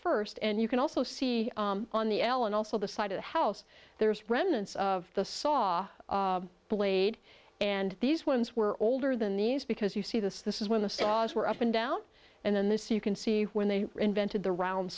first and you can also see on the l and also the side of the house there's remnants of the saw blade and these ones were older than these because you see this this is when the saws were up and down and then this you can see when they invented the round